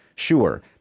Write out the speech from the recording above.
Sure